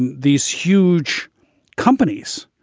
and these huge companies,